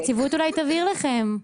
הנציבות אולי תבהיר לכם).